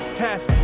test